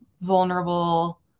vulnerable